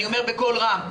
אני אומר בקול רם,